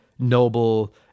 noble